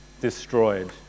destroyed